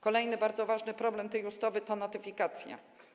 Kolejny bardzo ważny problem tej ustawy to notyfikacja.